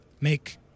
Make